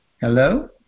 Hello